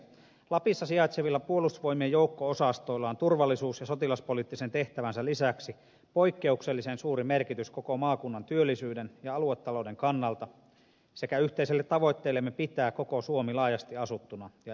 lapissa sijaitsevilla puolustusvoimien joukko osastoilla on turvallisuus ja sotilaspoliittisen tehtävänsä lisäksi poikkeuksellisen suuri merkitys koko maakunnan työllisyydelle ja aluetaloudelle sekä yhteiselle tavoitteellemme pitää koko suomi laajasti asuttuna ja elinvoimaisena